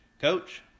Coach